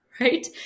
right